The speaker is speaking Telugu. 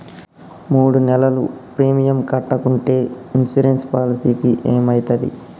మూడు నెలలు ప్రీమియం కట్టకుంటే ఇన్సూరెన్స్ పాలసీకి ఏమైతది?